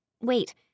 Wait